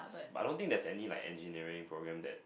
but I don't think there's any like Engineering program that